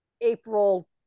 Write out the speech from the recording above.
April